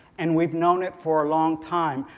and we've known it for a long time,